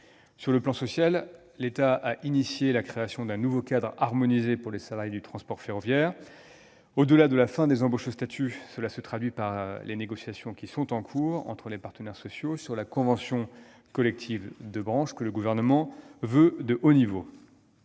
Sur le plan social, l'État a engagé la création d'un nouveau cadre harmonisé pour les salariés du transport ferroviaire. Au-delà de la fin des embauches au statut, cela se traduit par les négociations en cours entre les partenaires sociaux sur la convention collective de branche, que le Gouvernement veut de haut niveau.